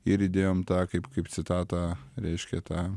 ir įdėjom tą kaip kaip citatą reiškia tą